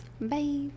Bye